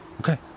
Okay